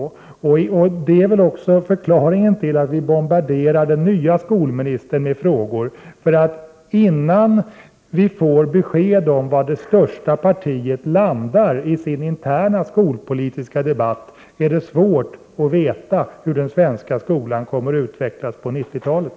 Det är antagligen också förklaringen till att vi bombarderar den nye skolministern med frågor. Innan vi får besked om var det största partiet hamnar i sin interna skolpolitiska debatt, är det svårt att veta hur den svenska skolan kommer att utvecklas på 90-talet.